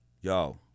yo